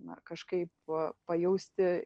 na kažkaip pajausti